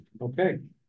Okay